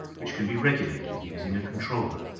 which can be regulated using a controller.